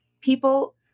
people